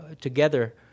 together